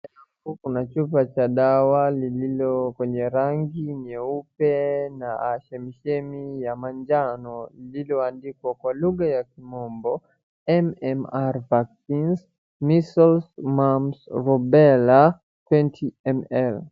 Huku kuna chupa cha dawa lililo kwenye rangi nyeupe na chemichemi ya manjano, iko kwa lugha ya kimombo MMR vaccines, measles, mumps, rubella 20ml .